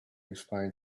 explain